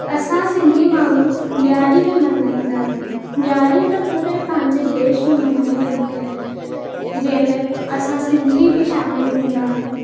असां सिंधी माण्हू ॾियारी बि मल्हाईंदा आहियूं ॾियारी त पूरे पंहिंजे देश में मल्हाई वेंदी आहे जंहिंमें असां सिंधी बि शामिलु हूंदा आहियूं